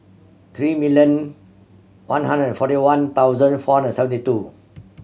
three million one hundred and forty one thousand four hundred and seventy two